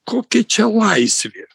kokia čia laisvė